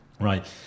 right